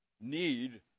need